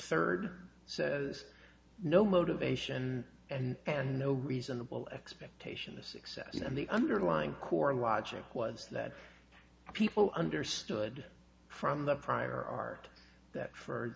third says no motivation and no reasonable expectation of success and the underlying core logic was that people understood from the prior art that for